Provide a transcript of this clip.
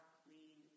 clean